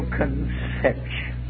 conception